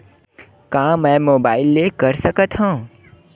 का मै मोबाइल ले कर सकत हव?